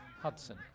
Hudson